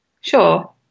Sure